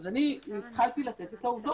אני התחלתי לתת את העובדות.